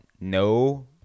no